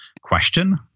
question